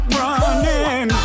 running